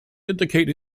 indicate